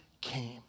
came